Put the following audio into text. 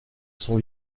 son